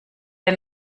der